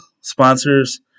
sponsors